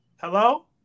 Hello